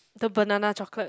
the banana chocolate